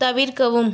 தவிர்க்கவும்